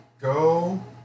go